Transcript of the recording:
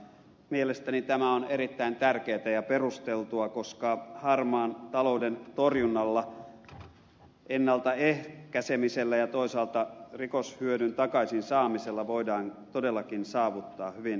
mielestäni tämä on erittäin tärkeätä ja perusteltua koska harmaan talouden torjunnalla ennalta ehkäisemisellä ja toisaalta rikoshyödyn takaisin saamisella voidaan todellakin saavuttaa hyvin paljon